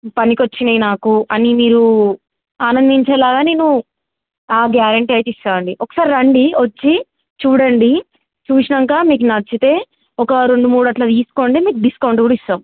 పనికొచ్చినయయి నాకు అని మీరు ఆనందించేలాగా నేను గ్యారంటీ అయితే ఇస్తాండి ఒకసారి రండి వచ్చి చూడండి చూసినంక మీకు నచ్చితే ఒక రెండు మూడు అట్లా తీసుకోండి మీకు డిస్కౌంట్ కూడా ఇస్తాం